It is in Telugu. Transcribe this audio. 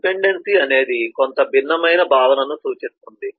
డిపెండెన్సీ కొంత భిన్నమైన భావనను సూచిస్తుంది